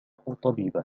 طبيبة